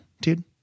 dude